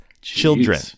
children